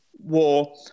war